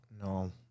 no